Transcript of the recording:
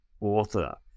author